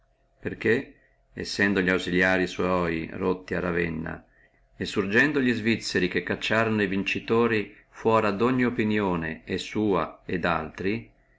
perché sendo li ausiliari sua rotti a ravenna e surgendo e svizzeri che cacciorono e vincitori fuora dogni opinione e sua e daltri